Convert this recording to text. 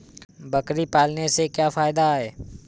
बकरी पालने से क्या फायदा है?